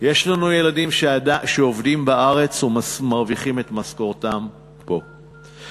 יש לנו ילדים שעובדים בארץ ומרוויחים את משכורתם פה,